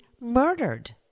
murdered